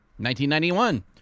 1991